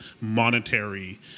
monetary